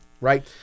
right